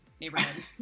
neighborhood